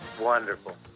Wonderful